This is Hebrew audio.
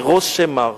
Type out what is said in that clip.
ברושם מר".